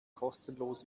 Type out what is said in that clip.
kostenlos